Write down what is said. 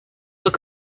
were